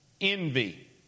envy